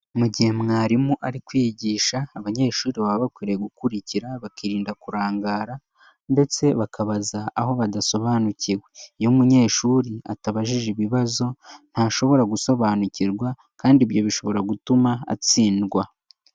Mu gihe mwarimu ari kwigisha, abanyeshuri baba bakwiye gukurikira bakirinda kurangara, ndetse bakabaza aho badasobanukiwe. Iyo umunyeshuri atabajije ibibazo, ntashobora gusobanukirwa, kandi ibyo bishobora gutuma atsindwa.